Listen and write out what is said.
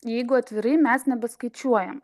jeigu atvirai mes nebeskaičiuojam